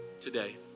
today